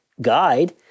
guide